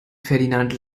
ferdinand